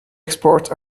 export